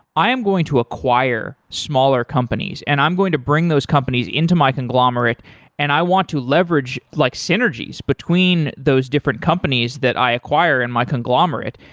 i am going to acquire smaller companies and i'm going to bring those companies into my conglomerate and i want to leverage like synergies between those different companies that i acquire in my conglomerate.